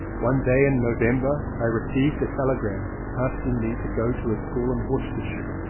one day in november i received a telegram asking me to go to a school in worcestershire.